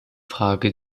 frage